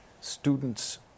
students